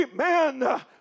Amen